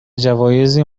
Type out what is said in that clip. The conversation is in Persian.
جوایزی